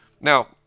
Now